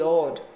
Lord